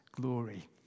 glory